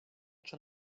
czy